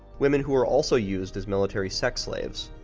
women who were also used as military sex slaves.